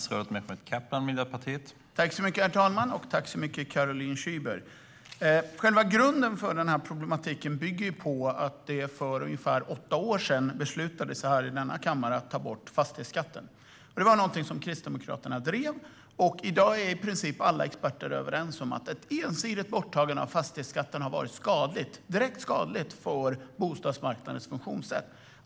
Herr talman! Tack så mycket, Caroline Szyber! Själva grunden för den här problematiken är att man för ungefär åtta år sedan här i denna kammare beslutade att ta bort fastighetsskatten. Det var någonting som Kristdemokraterna drev. I dag är i princip alla experter överens om att ett ensidigt borttagande av fastighetsskatten har varit skadligt - direkt skadligt - för bostadsmarknadens funktionssätt.